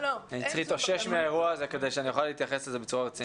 אני צריך להתאושש מן האירוע הזה כדי שאוכל להתייחס אליו בצורה רצינית.